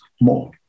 more